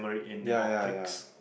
yeah yeah yeah